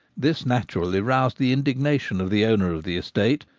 this naturally roused the indignation of the owner of the estate,